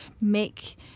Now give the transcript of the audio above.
make